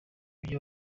mujyi